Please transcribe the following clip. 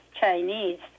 Chinese